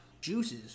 juices